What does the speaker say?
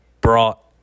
brought